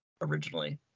originally